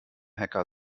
hacker